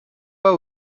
pas